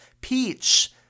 Peach